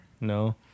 No